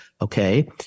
okay